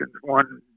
One